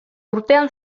urtean